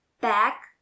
back